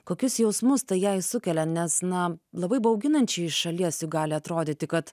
kokius jausmus tai jai sukelia nes na labai bauginančiai iš šalies juk gali atrodyti kad